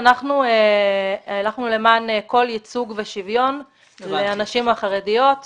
אנחנו למען כל ייצוג ושוויון לנשים החרדיות.